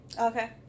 Okay